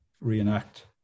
reenact